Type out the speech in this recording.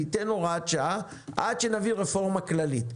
ניתן הוראת שעה עד שנביא רפורמה כללית.